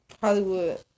Hollywood